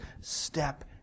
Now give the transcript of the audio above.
Step